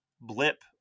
blip